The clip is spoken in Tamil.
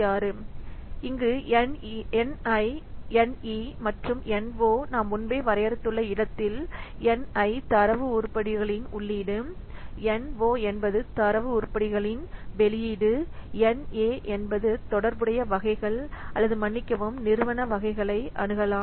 26 Ni Ne மற்றும் No நாம் முன்பே வரையறுத்துள்ள இடத்தில் Ni தரவு உருப்படிகளின் உள்ளீடு No என்பது தரவு உருப்படிகளின் வெளியீடு மற்றும் Na என்பது தொடர்புடைய வகைகள் அல்லது மன்னிக்கவும் நிறுவன வகைகளை அணுகலாம்